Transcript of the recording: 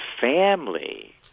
family